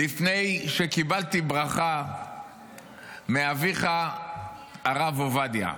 לפני שקיבלתי ברכה מאביך הרב עובדיה.